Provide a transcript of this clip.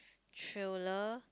thriller